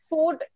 Food